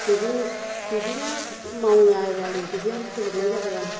बिदिनोसै बिदिनो मावो आरो आङो बिदिआवनो फोजोबनाय जाबाय आं